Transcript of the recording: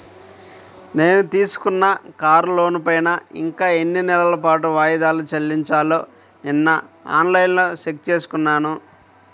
నేను తీసుకున్న కారు లోనుపైన ఇంకా ఎన్ని నెలల పాటు వాయిదాలు చెల్లించాలో నిన్నఆన్ లైన్లో చెక్ చేసుకున్నాను